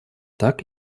так